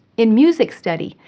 in music study,